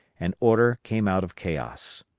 and order came out of chaos.